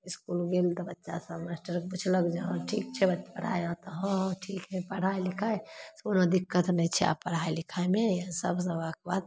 इसकुल गेल तऽ बच्चासभ मास्टरो पुछलक जे हँ ठीक छै बच्चा पढ़ाइ आर तऽ हँ हँ ठीक हइ पढ़ाइ लिखाइ कोनो दिक्कत नहि छै आब पढ़ाइ लिखाइमे ईसब हेबाके बाद